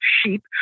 sheep